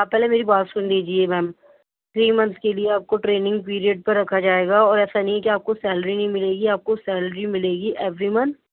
آپ پہلے میری بات سُن لیجئے میم تھری منتھس کے لئے آپ کو ٹریننگ پیریڈ پر رکھا جائے گا اور ایسا نہیں کہ آپ کو سیلری نہیں مِلے گی آپ کو سیلری مِلے گی ایوری منتھ